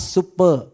Super